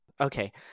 Okay